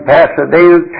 Pasadena